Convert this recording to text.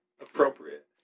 Appropriate